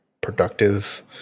productive